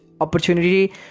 opportunity